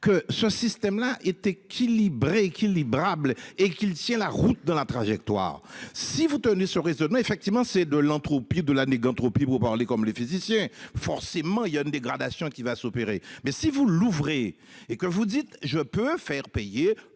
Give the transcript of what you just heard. que ce système-là est équilibré qui libérables et qu'il tient la route dans la trajectoire si vous tenez ce raisonnement effectivement c'est de l'impro pied de l'année entropie pour parler comme les physiciens forcément il y a une dégradation qui va s'opérer, mais si vous l'ouvrez et que vous dites, je peux faire payer